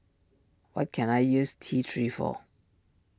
what can I use T three for